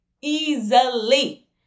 easily